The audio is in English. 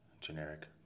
generic